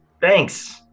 Thanks